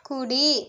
కుడి